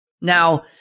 Now